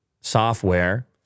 software